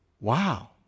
wow